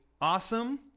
awesome